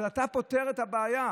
אז אתה פותר את הבעיה.